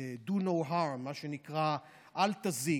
Do no harm, מה שנקרא, אל תזיק.